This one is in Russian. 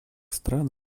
стран